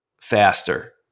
faster